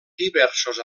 diversos